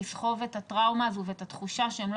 לסחוב את הטראומה הזו ואת התחושה שהם לא